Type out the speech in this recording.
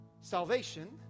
Salvation